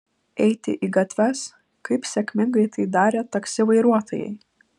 eiti į gatves kaip sėkmingai tai darė taksi vairuotojai